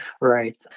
Right